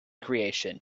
creation